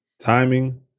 Timing